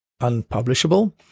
unpublishable